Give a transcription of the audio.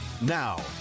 Now